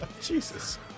Jesus